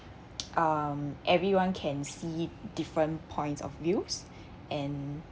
um everyone can see different points of views and